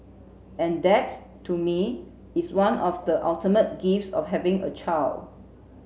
and that to me is one of the ultimate gifts of having a child